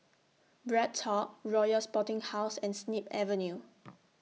BreadTalk Royal Sporting House and Snip Avenue